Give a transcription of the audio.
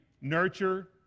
nurture